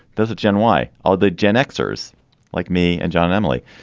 does a gen y are the gen xers like me and john emily.